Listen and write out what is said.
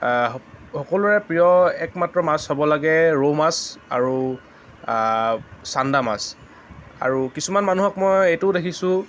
সক সকলোৰে প্ৰিয় একমাত্ৰ মাছ হ'ব লাগে ৰৌ মাছ আৰু ছান্দা মাছ আৰু কিছুমান মানুহক মই এইটোও দেখিছোঁ